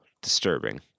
disturbing